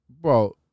bro